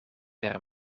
per